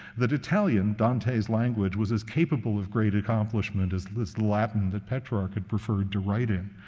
that italian, dante's language, was as capable of great accomplishment as this latin that petrarch had preferred to write in.